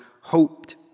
hoped